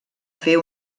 fer